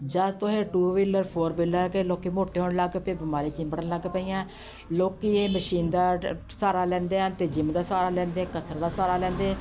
ਜਦੋਂ ਤੋਂ ਇਹ ਟੂ ਵੀਲਰ ਫੌਰ ਵੀਲਰ ਆ ਗਏ ਲੋਕ ਮੋਟੇ ਹੋਣ ਲੱਗ ਪਏ ਬਿਮਾਰੀਆਂ ਚਿਬੜਨ ਲੱਗ ਪਈਆਂ ਲੋਕ ਇਹ ਮਸ਼ੀਨ ਦਾ ਸਹਾਰਾ ਲੈਂਦੇ ਹਨ ਅਤੇ ਜਿੰਮ ਦਾ ਸਹਾਰਾ ਲੈਂਦੇ ਕਸਰਤ ਦਾ ਸਹਾਰਾ ਲੈਂਦੇ